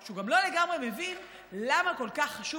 שהוא גם לא לגמרי מבין למה כל כך חשוב